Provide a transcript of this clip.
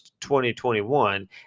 2021